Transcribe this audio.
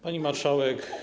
Pani Marszałek!